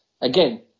again